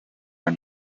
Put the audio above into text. are